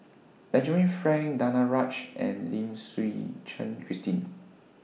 Benjamin Frank Danaraj and Lim Suchen Christine